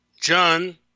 John